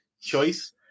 choice